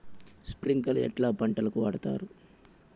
స్ప్రింక్లర్లు ఎట్లా పంటలకు వాడుతారు?